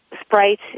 Sprite